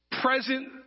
present